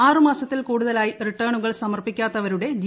ആറ് മാസത്തിൽ കൂടുതലായി റിട്ടേണുകൾ സമർപ്പിക്കാത്തവരുടെ ജി